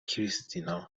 کریستینا